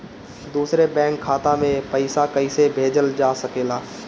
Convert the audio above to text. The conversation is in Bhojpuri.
दूसरे बैंक के खाता में पइसा कइसे भेजल जा सके ला?